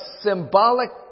symbolic